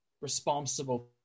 responsible